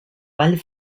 vall